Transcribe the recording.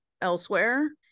elsewhere